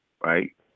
right